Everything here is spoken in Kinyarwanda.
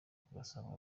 ugasanga